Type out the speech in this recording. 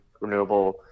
renewable